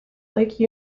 lake